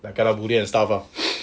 like kena bullied and stuff lah